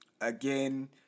again